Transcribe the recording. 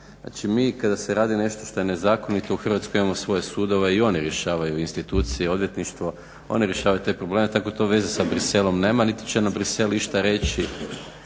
znači mi kada se radi nešto što je nezakonito u Hrvatskoj imamo svoje sudove i oni rješavaju institucije odvjetništvo, one rješavaju te probleme tako to veze sa Bruxellesom nema niti će nam Bruxelles išta reći